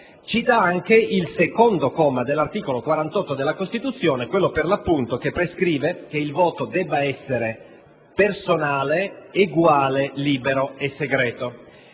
anche il secondo comma dell'articolo 48 della Costituzione, che per l'appunto prescrive che il voto debba essere personale ed eguale, libero e segreto.